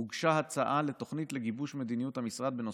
הוגשה הצעה לתוכנית לגיבוש מדיניות המשרד בנושא,